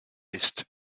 ist